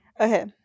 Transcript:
Okay